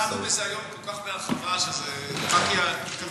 דנו בזה היום כל כך בהרחבה שזה רק יקלקל.